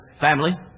family